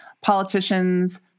politicians